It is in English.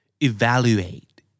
Evaluate